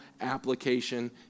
application